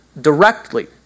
directly